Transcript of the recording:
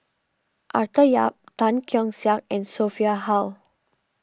Arthur Yap Tan Keong Saik and Sophia Hull